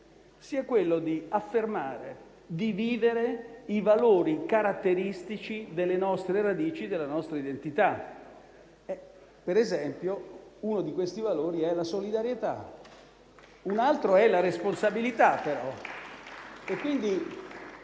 sia quello di affermare e vivere i valori caratteristici delle nostre radici e della nostra identità. Per esempio, uno di questi valori è la solidarietà; un altro, però, è la responsabilità.